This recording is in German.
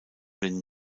den